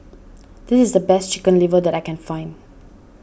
this is the best Chicken Liver that I can find